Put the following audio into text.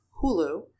Hulu